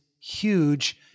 huge